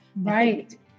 Right